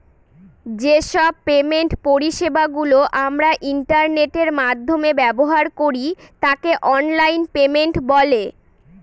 যে সব পেমেন্ট পরিষেবা গুলো আমরা ইন্টারনেটের মাধ্যমে ব্যবহার করি তাকে অনলাইন পেমেন্ট বলে